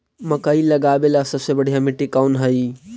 मकई लगावेला सबसे बढ़िया मिट्टी कौन हैइ?